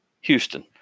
Houston